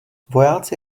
vojáci